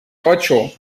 ocho